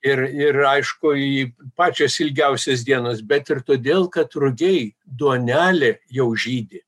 ir ir aišku į pačios ilgiausios dienos bet ir todėl kad rugiai duonelė jau žydi